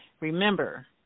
Remember